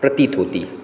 प्रतीत होती है